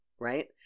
Right